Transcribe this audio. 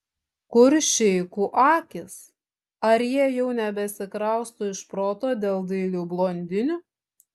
kur šeichų akys ar jie jau nebesikrausto iš proto dėl dailių blondinių